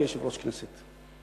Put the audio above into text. כיושב-ראש הכנסת.